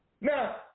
Now